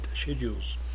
schedules